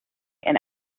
and